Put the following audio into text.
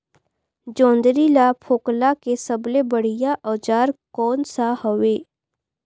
जोंदरी ला फोकला के सबले बढ़िया औजार कोन सा हवे?